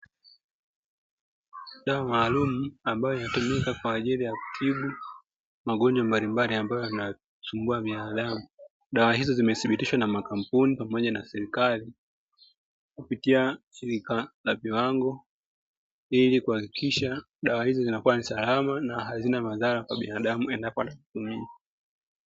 Dawa maalum ambayo inatumika kwa ajili ya kutibu magonjwa mbalimbali ambayo yanasumbua binadamu. Dawa hizo zimethibitishwa na makampuni pamoja na serikali kupitia shirika la viwango, ili kuhakikisha dawa hizo zinakuwa ni salama na hazina madhara kwa binadamu endapo atazitumia.